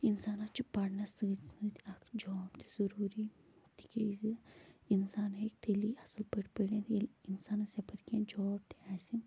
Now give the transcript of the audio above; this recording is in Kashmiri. اِنسانس چھُ پرنس سۭتۍ سۭتۍ اکھ جاب تہِ ضروٗری تِکیازِ اِنسان ہٮ۪کہِ تیٚلی اصٕل پٲٹھۍ پٔرِتھ ییٚلہِ اِنسانس یپٲرۍ کِنۍ جاب تہِ آسن